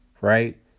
right